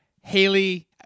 Haley